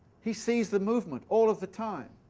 he sees the movement all of the time.